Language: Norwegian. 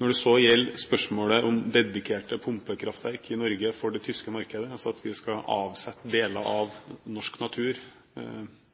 Når det så gjelder pumpekraftverk i Norge dedikert det tyske markedet, at vi altså skal avsette deler av norsk natur